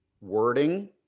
wording